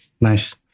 nice